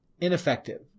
ineffective